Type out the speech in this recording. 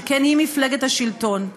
שכן היא מפלגת השלטון.